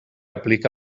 aplica